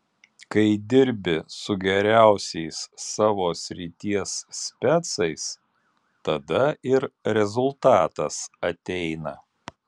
kai dirbi su geriausiais savo srities specais tada ir rezultatas ateina